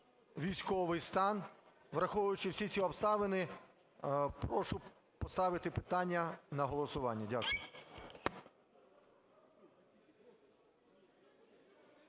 військовий стан. Враховуючи всі ці обставини прошу поставити питання на голосування. Дякую.